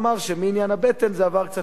שמעניין הבטן זה עבר קצת לראש,